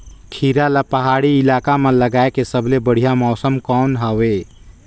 खीरा ला पहाड़ी इलाका मां लगाय के सबले बढ़िया मौसम कोन हवे?